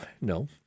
No